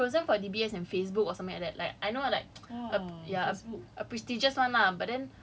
oh he was err he was chosen for D_B_S and Facebook or something like that like I know like uh ya